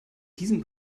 diesen